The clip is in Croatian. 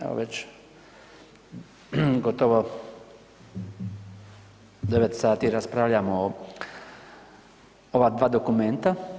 Evo već gotovo 9 sati raspravljamo ova dva dokumenta.